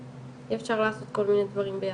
אי אפשר לעשות כל מיני דברים ביחד.